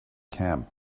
camp